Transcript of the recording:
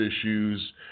issues